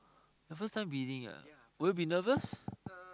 the first time bidding ah will you be nervous